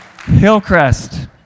Hillcrest